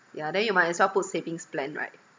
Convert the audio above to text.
yeah then you might as well put savings plan right